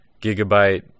Gigabyte